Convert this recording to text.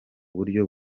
buryo